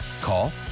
Call